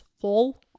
fall